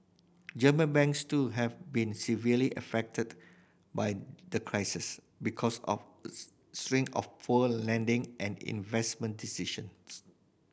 German banks too have been severely affected by the crisis because of string of poor lending and investment decisions